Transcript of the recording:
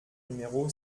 numéro